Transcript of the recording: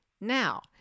Now